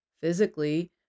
Physically